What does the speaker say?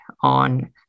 on